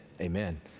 Amen